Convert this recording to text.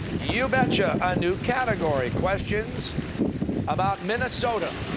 you betcha, a new category. questions about minnesota.